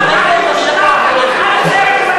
אני אלמד אותך מה